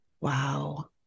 Wow